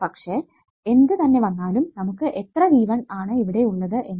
പക്ഷെ എന്ത് തന്നെ വന്നാലും നമുക്ക് എത്ര V1 ആണ് ഇവിടെ ഉള്ളത് എന്ന്